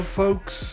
folks